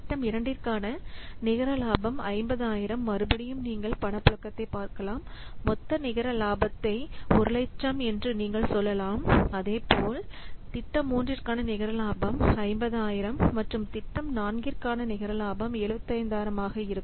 திட்டம் 2 இற்கான நிகரலாபம் 50000 மறுபடியும் நீங்கள் பணப்புழக்கத்தை பார்க்கலாம் மொத்த நிகர லாபத்தை 100000 என்று நீங்கள் சொல்லலாம் அதேபோல் திட்டம் 3 இற்கான நிகரலாபம் 50000 மற்றும் திட்டம் 4 இற்கான நிகரலாபம் 75000 ஆக இருக்கும்